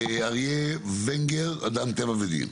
אריה ונגר, אדם טבע ודין.